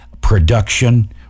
production